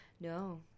No